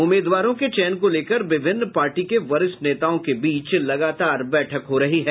उम्मीदवारों के चयन को लेकर विभिन्न पार्टी के वरिष्ठ नेताओं के बीच लगातार बैठक हो रही है